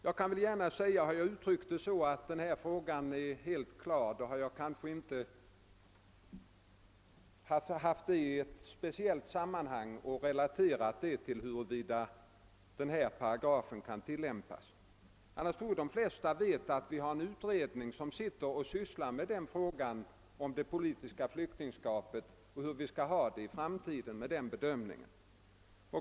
Jag tror inte att jag har uttryckt mig så att denna fråga är helt klar, sedd i relation till någon speciell paragraf i lagstiftningen, och de flesta vet säkert att en utredning för närvarande arbetar med frågan om politiskt flyktingskap och hur vi skall bedöma sådana ärenden i framtiden.